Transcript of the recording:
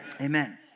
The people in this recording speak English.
Amen